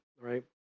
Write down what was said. right